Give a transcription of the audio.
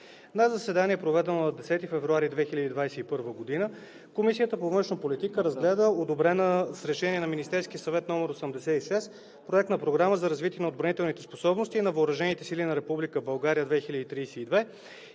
На заседание, проведено на 10 февруари 2021 г., Комисията по външна политика разгледа, одобрена с Решение на Министерския съвет № 86, Проект на програма за развитие на отбранителните способности на въоръжените сили на Република България 2032